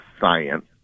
science